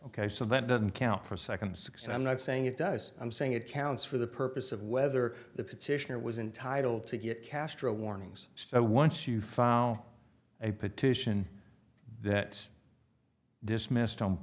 ok so that doesn't count for second six i'm not saying it does i'm saying it counts for the purpose of whether the petitioner was entitle to get castro warnings so once you file a petition that's dismissed